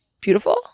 beautiful